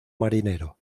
marinero